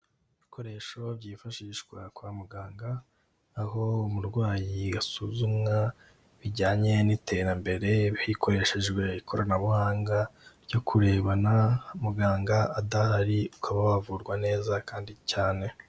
Ibikoresho byifashishwa kwa muganga aho umurwayi asuzumwa bijyanye n'iterambere hakoreshejwe ikoranabuhanga ryo kurebana muganga adahari, ukaba wavurwa neza kandi cyane.